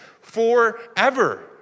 forever